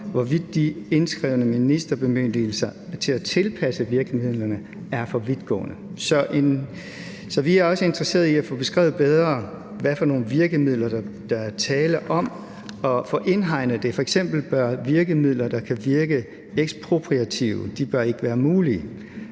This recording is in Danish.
hvorvidt de indskrevne ministerbemyndigelser til at tilpasse virkemidlerne er for vidtgående. Så vi er også interesserede i at få beskrevet bedre, hvilke virkemidler der er tale om, og få indhegnet det. F.eks. bør virkemidler, der kan virke ekspropriative, ikke være mulige.